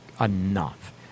enough